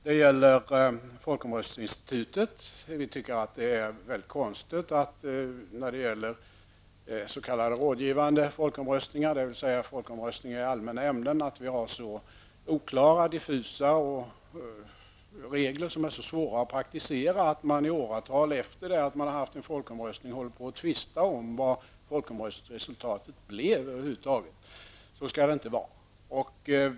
Det gäller bl.a. folkomröstningsinstitutet. Vi tycker att det är väldigt konstigt att reglerna vid rådgivande folkomröstning, dvs. folkomröstningar i allmänna ämnen, är oklara och diffusa och så svåra att praktisera, att man i åratal efter en folkomröstning håller på att tvista om vad resultatet blev. Så skall det inte vara.